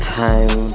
time